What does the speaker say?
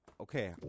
Okay